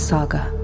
Saga